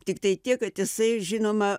tiktai tiek kad jisai žinoma